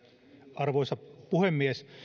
arvoisa puhemies